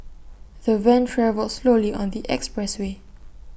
the van travelled slowly on the express way